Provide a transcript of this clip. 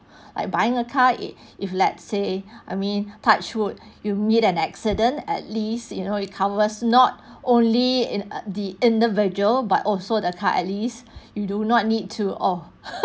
I buying a car if if let's say I mean touch wood you meet an accident at least you know it covers not only in uh the individual but also the car at least you do not need to oh